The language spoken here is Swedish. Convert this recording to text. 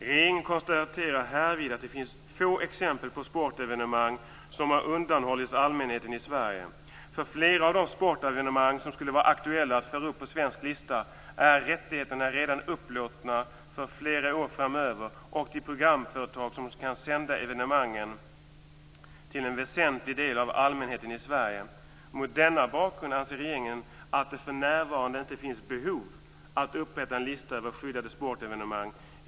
Regeringen konstaterar härvid att det finns få exempel på sportevenemang som har undanhållits allmänheten i Sverige. Flera av de sportevenemang, som skulle vara aktuella att föra upp en svensk lista, är rättigheterna redan upplåtna för flera år framöver och till programföretag som kan sända evenemangen till en väsentlig del av allmänheten i Sverige. Mot denna bakgrund anser regeringen att det för närvarande inte finns behov av att upprätta en lista av skyddade sportevenemang.